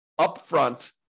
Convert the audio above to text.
upfront